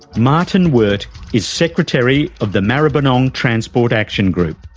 martin wurt is secretary of the maribyrnong transport action group.